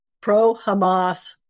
pro-Hamas